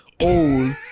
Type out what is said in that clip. old